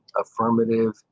affirmative